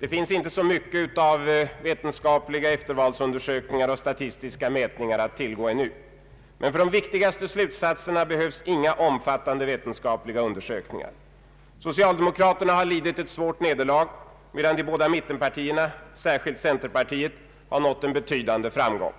Det finns ännu inte så många vetenskapliga eftervalsundersökningar och statistiska mätningar att tillgå. Men för de viktigaste slutsatserna behövs inga omfattandé vetenskapliga undersökningar. Socialdemokraterna har lidit ett svårt nederlag, medan de båda mittenpartierna, särskilt centerpartiet, har nått en betydande framgång.